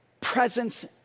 presence